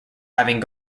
having